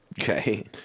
okay